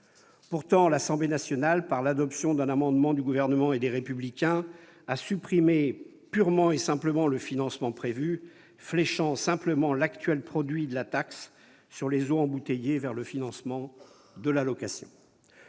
Pourtant, l'Assemblée nationale, par l'adoption d'un amendement du Gouvernement et du groupe Les Républicains, a supprimé purement et simplement le financement prévu, fléchant simplement l'actuel produit de la taxe sur les eaux embouteillées vers le financement de l'allocation.